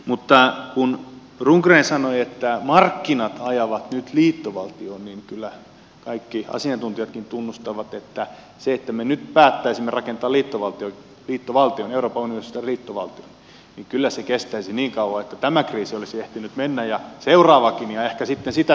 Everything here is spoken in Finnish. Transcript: mutta kun rundgren sanoi että markkinat ajavat nyt liittovaltioon niin kyllä kaikki asiantuntijatkin tunnustavat että jos me nyt päättäisimme rakentaa euroopan unionista liittovaltion niin kyllä se kestäisi niin kauan että tämä kriisi olisi ehtinyt mennä ja seuraavakin mutta ehkä sitten sitä seuraavaa varten se olisi tullut